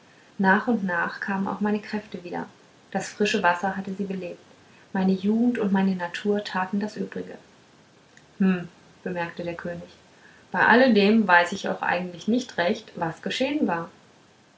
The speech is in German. nach und nach kamen auch meine kräfte wieder das frische wasser hatte sie belebt meine jugend und meine gute natur taten das übrige hm bemerkte der könig bei alledem weiß ich doch eigentlich nicht recht was geschehen war